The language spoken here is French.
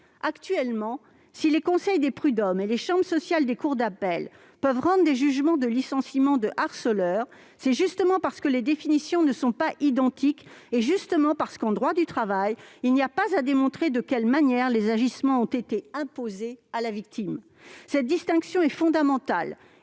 Actuellement, si les conseils des prud'hommes et les chambres sociales des cours d'appel peuvent rendre des jugements de licenciement de harceleurs, c'est précisément parce que les définitions ne sont pas identiques : en droit du travail, il n'y a pas à démontrer de quelle manière les agissements ont été imposés à la victime. Cette distinction et fondamentale